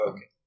Okay